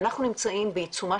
ואנחנו יודעים שכמעט כל המגיפות במאה